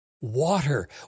water